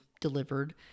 delivered